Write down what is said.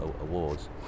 awards